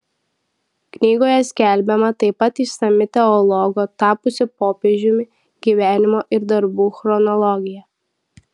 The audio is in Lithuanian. knygoje skelbiama taip pat išsami teologo tapusio popiežiumi gyvenimo ir darbų chronologija